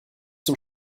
zum